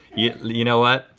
you you know what?